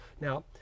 Now